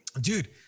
dude